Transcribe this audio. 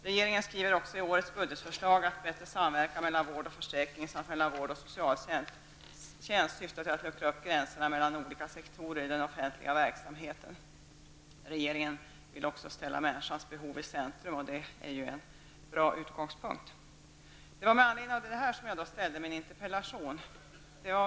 Regeringen skriver också i årets budgetförslag att bättre samverkan mellan vård och försäkring samt mellan vård och socialtjänst syftar till att luckra upp gränserna mellan olika sektorer i den offentliga verksamheten. Regeringen vill också ställa människans behov i centrum, och det är ju en bra utgångspunkt. Det var med anledning av detta som jag framställde min interpellation.